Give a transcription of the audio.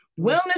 Wellness